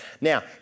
Now